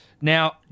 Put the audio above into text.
Now